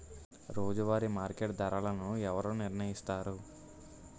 రోజువారి మార్కెట్ ధరలను ఎవరు నిర్ణయిస్తారు?